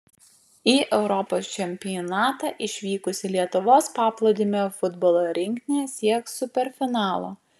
į europos čempionatą išvykusi lietuvos paplūdimio futbolo rinktinė sieks superfinalo